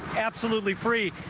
absolutely free.